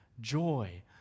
joy